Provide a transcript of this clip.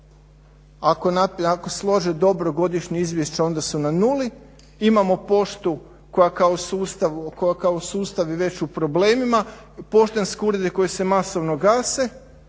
Ako slože dobro godišnje izvješće onda su na nuli. Imamo poštu koja kao sustav je već u problemima. Poštanske urede koji se masovno gase,